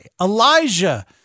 Elijah